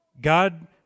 god